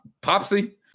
Popsy